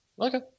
Okay